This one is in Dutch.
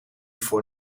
voor